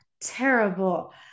terrible